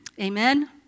Amen